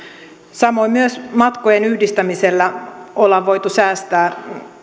samoin myös matkojen yhdistämisellä ollaan voitu säästää